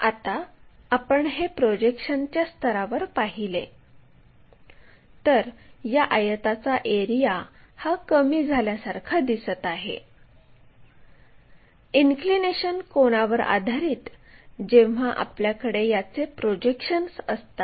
आता आपण d1 हे XY अक्षावर प्रोजेक्ट केले आहे